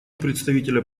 представителя